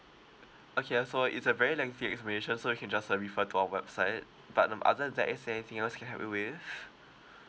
okay uh so it's a very lengthy explanation so you can just uh refer to our website but um other than that is there anything else I can help you with